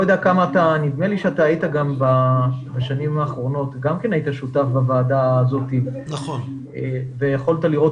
נדמה לי שבשנים האחרונות גם היית שותף בוועדה הזאת ויכולת לראות